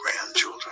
grandchildren